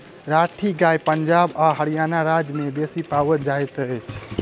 राठी गाय पंजाब आ हरयाणा राज्य में बेसी पाओल जाइत अछि